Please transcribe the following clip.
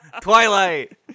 Twilight